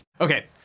Okay